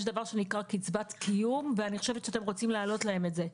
יש דבר שנקרא קצבת קיום ואני חושבת שאתם רוצים להעלות להם את זה.